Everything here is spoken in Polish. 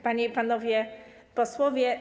Panie i Panowie Posłowie!